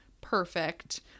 perfect